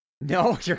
No